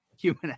human